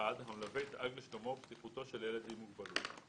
המלווה ידאג לשלומו ובטיחותו של ילד עם מוגבלות,